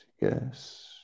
yes